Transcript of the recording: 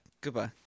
Goodbye